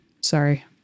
Sorry